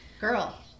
girl